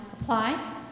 Apply